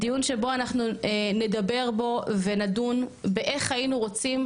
דיון שנדבר בו ונדון באיך היינו רוצים